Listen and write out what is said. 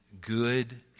good